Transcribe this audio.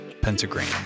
Pentagram